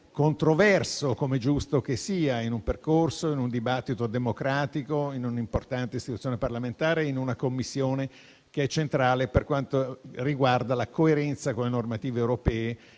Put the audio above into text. controverso, come è giusto che sia in un percorso democratico in un'importante istituzione parlamentare, in una Commissione che è centrale per quanto riguarda la coerenza con le normative europee